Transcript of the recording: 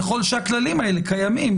ככל שהכללים האלה קיימים.